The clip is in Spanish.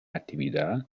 actividad